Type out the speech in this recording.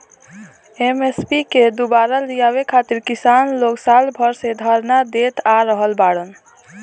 MSP के दुबारा लियावे खातिर किसान लोग साल भर से धरना देत आ रहल बाड़न